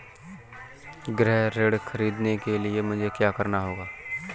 गृह ऋण ख़रीदने के लिए मुझे क्या करना होगा?